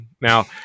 Now